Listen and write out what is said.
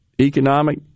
economic